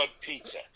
pizza